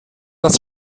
dass